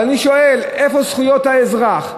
ואני שואל: איפה זכויות האזרח?